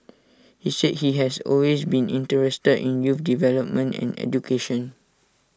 he said he has always been interested in youth development and education